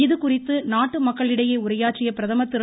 இதுகுறித்து நாட்டு மக்களிடையே உரையாற்றிய பிரதமர் திரு